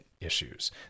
issues